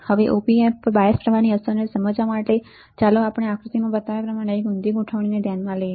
હવે op amp પર bias પ્રવાહની અસરને સમજવા માટે ચાલો આપણે અહીં આકૃતિમાં બતાવ્યા પ્રમાણે ઊંધી ગોઠવણીને ધ્યાનમાં લઈએ